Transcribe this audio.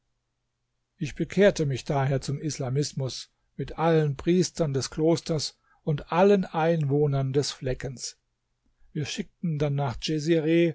ich bekehrte mich daher zum islamismus mit allen priestern des klosters und allen einwohnern des fleckens wir schickten dann nach